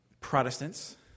Protestants